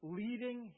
leading